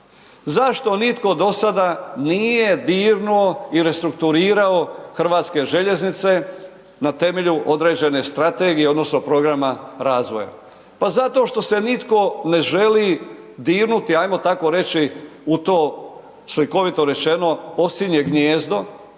Zašto nitko do sada nije dirnuo i restrukturirao HŽ na temelju određene strategije odnosno programa razvoja? Pa zato što se nitko ne želi dirnuti, hajmo tako reći u to, slikovito rečeno, osinje gnijezdo